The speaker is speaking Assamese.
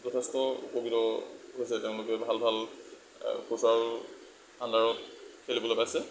যথেষ্ট উপকৃত হৈছে তেওঁলোকে ভাল ভাল কোচাৰৰ আণ্ডাৰত খেলিবলৈ পাইছে